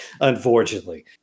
unfortunately